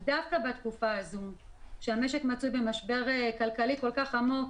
דווקא בתקופה הזו שהמשק מצוי במשבר כלכלי כל כך עמוק,